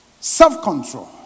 self-control